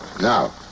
Now